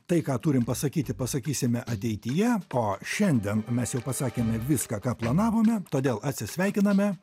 tai ką turim pasakyti pasakysime ateityje o šiandien mes jau pasakėme viską ką planavome todėl atsisveikiname